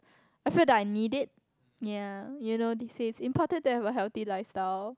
I feel that I need it ya you know they say it's important to have a healthy lifestyle